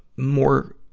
more,